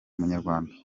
munyarwanda